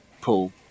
pull